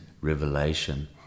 revelation